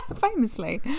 Famously